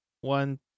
one